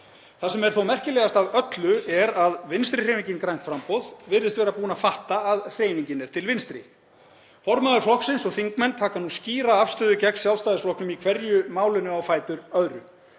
Það sem er þó merkilegast af öllu er að Vinstrihreyfingin – grænt framboð virðist vera búin að fatta að hreyfingin er til vinstri. Formaður flokksins og þingmenn taka nú skýra afstöðu gegn Sjálfstæðisflokknum í hverju málinu á fætur öðru.